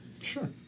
Sure